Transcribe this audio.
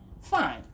fine